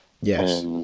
yes